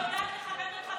אני יודעת לכבד אותך,